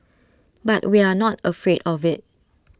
but we are not afraid of IT